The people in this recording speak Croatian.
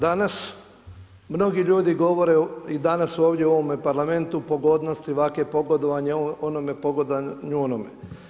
Danas mnogi ljudi govore i danas ovdje u ovome parlamentu pogodnosti ovakve, pogodovanje ovome, pogodovanje onome.